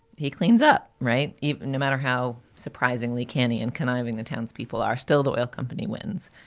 he cleans up. right. even no matter how surprisingly canny and conniving the townspeople are, still the oil company wins.